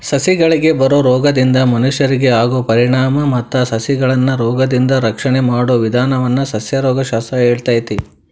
ಸಸಿಗಳಿಗೆ ಬರೋ ರೋಗದಿಂದ ಮನಷ್ಯರಿಗೆ ಆಗೋ ಪರಿಣಾಮ ಮತ್ತ ಸಸಿಗಳನ್ನರೋಗದಿಂದ ರಕ್ಷಣೆ ಮಾಡೋ ವಿದಾನವನ್ನ ಸಸ್ಯರೋಗ ಶಾಸ್ತ್ರ ಹೇಳ್ತೇತಿ